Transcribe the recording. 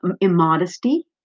immodesty